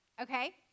Okay